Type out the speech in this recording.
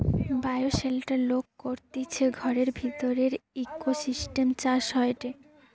bioshelter লোক করতিছে ঘরের ভিতরের ইকোসিস্টেম চাষ হয়টে